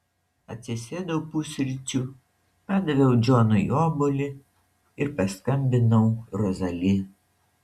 atsisėdau pusryčių padaviau džonui obuolį ir paskambinau rozali